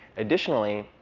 additionally,